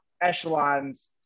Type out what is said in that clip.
echelons